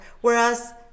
whereas